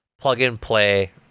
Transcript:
plug-and-play